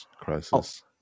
crisis